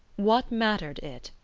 what mattered it,